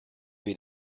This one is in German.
wir